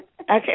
Okay